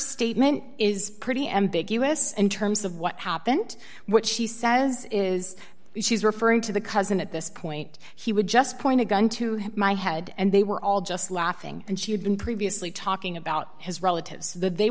statement is pretty ambiguous in terms of what happened what she says is she's referring to the cousin at this point he would just point a gun to my head and they were all just laughing and she had been previously talking about his relatives th